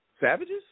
Savages